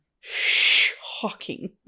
shocking